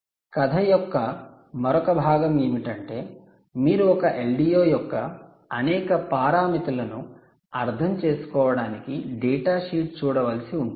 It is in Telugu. కథ యొక్క మరొక భాగం ఏమిటంటే మీరు ఒక LDO యొక్క అనేక పారామితులను అర్థం చేసుకోవడానికి డేటా షీట్ చూడవలసి ఉంటుంది